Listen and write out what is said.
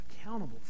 accountable